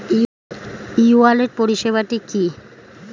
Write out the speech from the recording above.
ই wallet পরিষেবাটি কি?